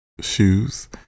shoes